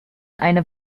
eine